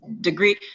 degree